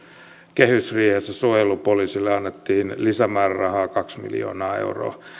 kehysriihessä suojelupoliisille annettiin lisämäärärahaa kaksi miljoonaa euroa